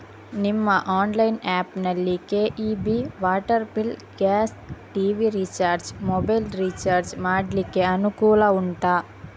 ನಿಮ್ಮ online app ನಲ್ಲಿ KEB, water bill, gas, TV recharge, mobile recharge ಮಾಡ್ಲಿಕ್ಕೆ ಅನುಕೂಲ ಉಂಟಾ